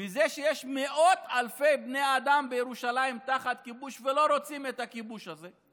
מזה שיש מאות אלפי בני אדם בירושלים תחת כיבוש שלא רוצים את הכיבוש הזה,